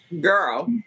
girl